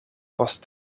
post